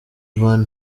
van